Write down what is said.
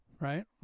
Right